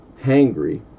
hangry